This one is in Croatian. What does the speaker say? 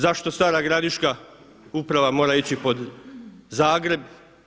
Zašto Stara Gradiška uprava mora ići pod Zagreb?